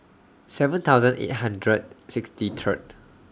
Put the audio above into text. seven thousand eight hundred sixty Third